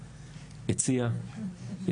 הציעה,